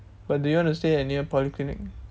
but do you want to stay at near polyclinic